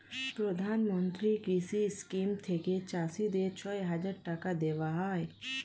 প্রধানমন্ত্রী কৃষি স্কিম থেকে চাষীদের ছয় হাজার টাকা দেওয়া হয়